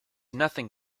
nothing